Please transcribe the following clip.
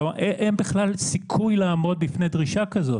כלומר, אין בכלל סיכוי לעמוד בפני דרישה כזאת.